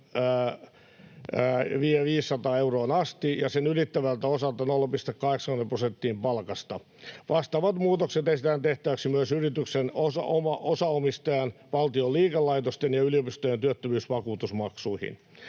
500 euroa asti ja sen ylittävältä osalta 0,80 prosenttia palkasta. Vastaavat muutokset esitetään tehtäviksi myös yrityksen osaomistajan, valtion liikelaitosten ja yliopistojen työttömyysvakuutusmaksuihin.